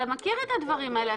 אתה מכיר את הדברים האלה.